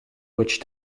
which